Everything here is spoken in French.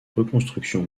reconstruction